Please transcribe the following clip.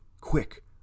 Quick